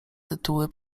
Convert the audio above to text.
tytuły